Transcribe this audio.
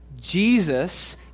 Jesus